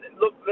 look